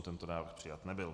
Tento návrh přijat nebyl.